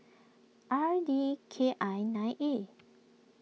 R D K I nine A